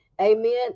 Amen